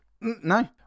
No